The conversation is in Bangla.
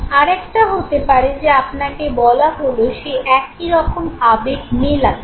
আর একটা হতে পারে যে আপনাকে বলা হলো সেই একই রকম আবেগ মেলাতে